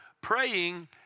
praying